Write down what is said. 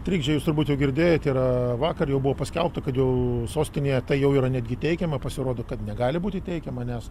trikdžiai jūs turbūt jau girdėjot yra vakar jau buvo paskelbta kad jau sostinėje tai jau yra netgi teikiama pasirodo kad negali būti teikiama nes